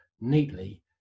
neatly